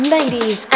Ladies